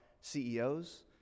CEOs